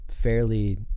fairly